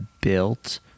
built